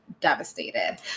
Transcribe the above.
devastated